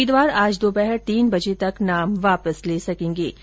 उम्मीदवार आज दोपहर तीन बजे तक नाम वापिस ले सकेंगे